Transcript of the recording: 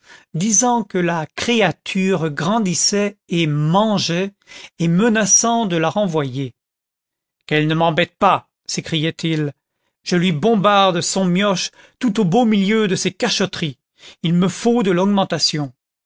disant que la créature grandissait et mangeait et menaçant de la renvoyer quelle ne m'embête pas s'écriait-il je lui bombarde son mioche tout au beau milieu de ses cachotteries il me faut de l'augmentation